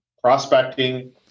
prospecting